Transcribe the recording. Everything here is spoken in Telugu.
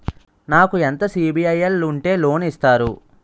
నాకు ఎంత సిబిఐఎల్ ఉంటే లోన్ ఇస్తారు?